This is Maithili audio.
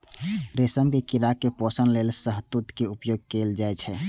रेशम के कीड़ा के पोषण लेल शहतूत के उपयोग कैल जाइ छै